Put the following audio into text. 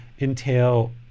entail